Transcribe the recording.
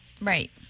right